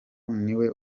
niwe